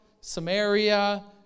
Samaria